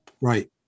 Right